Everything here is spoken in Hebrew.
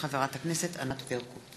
של חברת הכנסת ענת ברקו.